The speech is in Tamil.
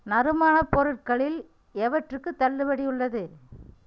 நறுமண பொருட்களில் எவற்றுக்கு தள்ளுபடி உள்ளது